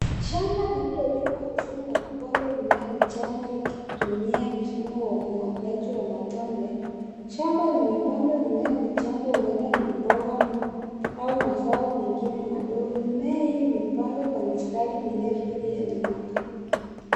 Shamba lililolimwa vizuri na kupandwa mimea michanga likitumia mfumo wa umwagiliaji wa matone. Shamba limepandwa mimea michanga huenda ni mboga au mazao mengine madogo. Mimea hio imepandwa kwa mistari mirefu iliyo nyooka.